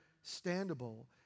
understandable